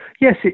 yes